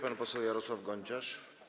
Pan poseł Jarosław Gonciarz.